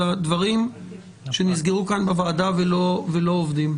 אלא דברים שנסגרו בוועדה ולא עובדים.